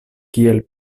kiel